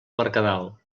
mercadal